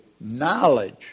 knowledge